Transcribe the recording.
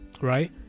right